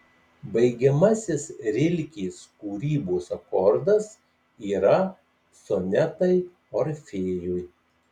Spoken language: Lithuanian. baigiamasis rilkės kūrybos akordas yra sonetai orfėjui